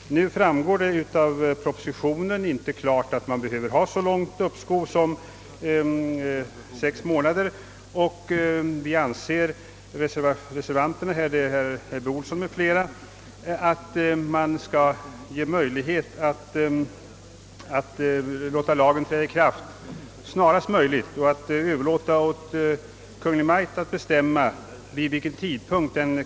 Det framgår emellertid inte av propositionen att så långt uppskov som sex månader skulle behövas. I reservationen av herr Ebbe Ohlsson m.fl. — jag tillhör själv reservanterna — framhålles att det bör finnas möjligheter att låta lagen träda i kraft snarast möjligt, och vi föreslår att det överlåtes åt Konungen att bestämma tidpunkten.